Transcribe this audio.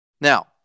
Now